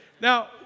Now